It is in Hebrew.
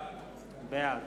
בעד